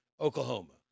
Oklahoma